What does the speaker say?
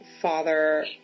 father